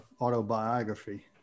autobiography